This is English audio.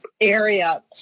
area